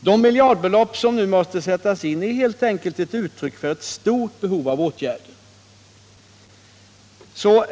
— de är helt enkelt ett uttryck för ett stort behov av åtgärder.